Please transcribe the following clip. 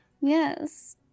Yes